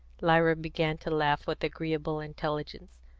lyra began to laugh with agreeable intelligence.